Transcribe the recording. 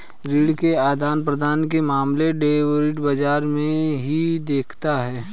ऋण के आदान प्रदान के मामले डेरिवेटिव बाजार ही देखता है